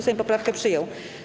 Sejm poprawkę przyjął.